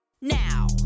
now